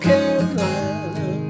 Carolina